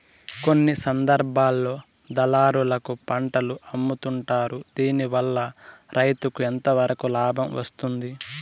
కొన్ని సందర్భాల్లో దళారులకు పంటలు అమ్ముతుంటారు దీనివల్ల రైతుకు ఎంతవరకు లాభం వస్తుంది?